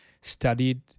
studied